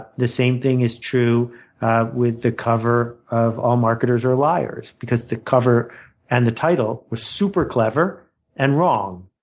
but the same thing is true with the cover of all marketers are liars, because the cover and the title was super clever and wrong.